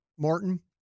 Martin